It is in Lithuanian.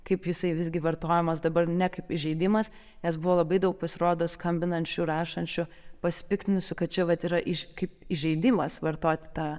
kaip jisai visgi vartojamas dabar ne kaip įžeidimas nes buvo labai daug pasirodo skambinančių ir rašančių pasipiktinusių kad čia vat yra įž kaip įžeidimas vartoti tą